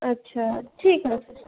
আচ্ছা ঠিক আছে